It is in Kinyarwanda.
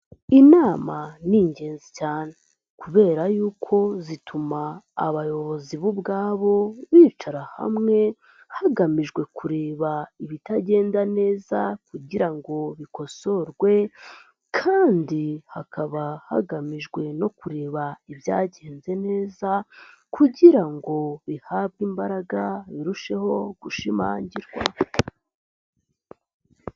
Inama ni ingenzi cyane, kubera y'uko zituma abayobozi bo ubwabo bicara hamwe, hagamijwe kureba ibitagenda neza kugira ngo bikosorwe, kandi hakaba hagamijwe no kureba ibyagenze neza kugira ngo bihabwe imbaraga birusheho gushimangirwa.